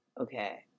okay